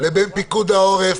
ובין פיקוד העורף,